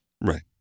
Right